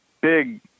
big